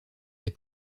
des